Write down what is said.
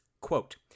quote